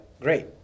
great